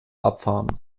abfahren